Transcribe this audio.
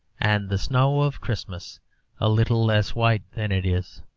and the snow of christmas a little less white than it is